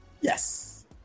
Yes